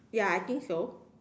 ya I think so